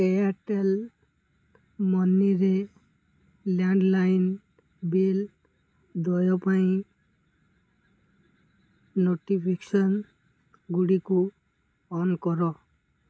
Airtel ମନିରେ landline bill ଦେୟ ପାଇଁ ନୋଟିଫିକେସନ୍ଗୁଡ଼ିକୁ ଅନ୍ କର